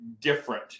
different